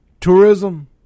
tourism